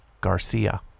Garcia